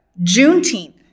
Juneteenth